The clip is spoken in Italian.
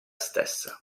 stessa